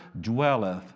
dwelleth